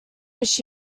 wished